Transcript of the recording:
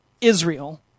Israel